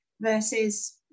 versus